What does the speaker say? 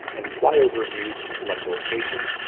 and flyover views in select locations,